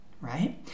right